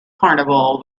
carnival